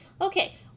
Okay